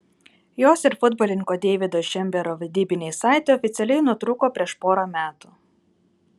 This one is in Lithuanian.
jos ir futbolininko deivido šembero vedybiniai saitai oficialiai nutrūko prieš porą metų